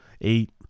eight